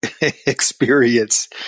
experience